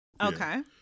Okay